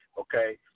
Okay